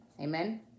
Amen